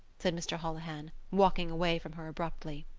said mr. holohan, walking away from her abruptly.